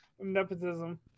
Nepotism